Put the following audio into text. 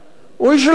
הוא איש של המערכת.